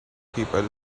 people